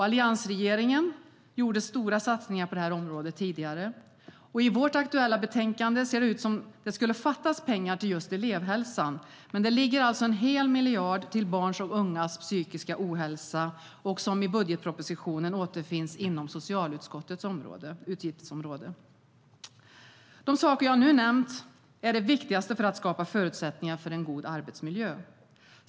Alliansregeringen gjorde stora satsningar på detta område tidigare. I vårt aktuella betänkande ser det ut som att det skulle fattas pengar till just elevhälsan, men det ligger alltså en hel miljard till barns och ungas psykiska ohälsa som i budgetpropositionen återfinns inom socialutskottets utgiftsområde.De saker jag nu nämnt är det viktigaste för att skapa förutsättningar för en god arbetsmiljö.